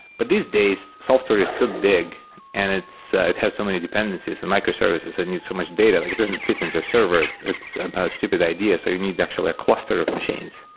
but these days, software is so big and it has so many dependencies and microservices that need so much data. like it doesn't fit into a server. it's a stupid idea. so you need the actual cluster of machines.